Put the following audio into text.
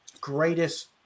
greatest